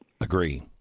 Agree